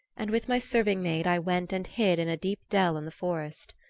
and with my serving-maid i went and hid in a deep dell in the forest.